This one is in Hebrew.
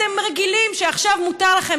אתם רגילים שעכשיו מותר לכם.